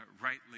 rightly